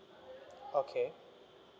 okay